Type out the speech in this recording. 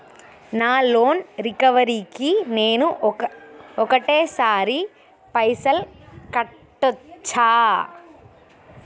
నా loan recovery కి నేను ఒకటేసరి పైసల్ కట్టొచ్చా?